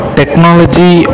technology